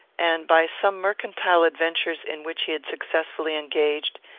and, by some mercantile adventures in which he had successfully engaged,